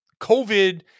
COVID